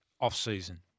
off-season